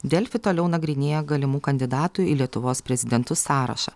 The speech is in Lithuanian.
delfi toliau nagrinėja galimų kandidatų į lietuvos prezidentus sąrašą